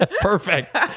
Perfect